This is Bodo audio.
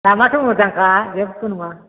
लामायाथ' मोजांखा जेबो नङा